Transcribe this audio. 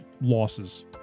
losses